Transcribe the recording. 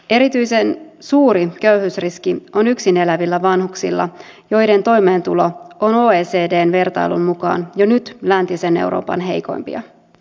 erityisen suuri köyhyysriski on yksin elävillä vanhuksilla joiden toimeentulo on oecdn vertailun mukaan jo nyt läntisen euroopan heikoimpia